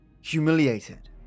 humiliated